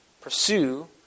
Pursue